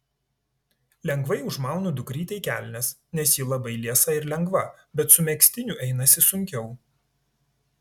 lengvai užmaunu dukrytei kelnes nes ji labai liesa ir lengva bet su megztiniu einasi sunkiau